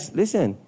listen